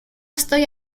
estoy